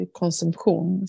konsumtion